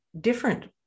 different